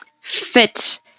fit